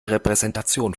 repräsentation